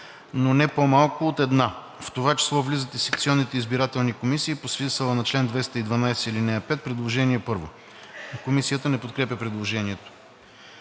но не по-малко от една. В това число влизат и секционните избирателни комисии по смисъла на чл. 212, ал. 5, предложение първо.“ Комисията не подкрепя предложението.